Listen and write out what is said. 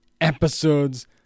episodes